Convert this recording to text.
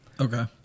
Okay